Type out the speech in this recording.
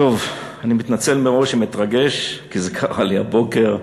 אני מתנצל מראש אם אתרגש, כי זה קרה לי הבוקר,